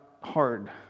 hard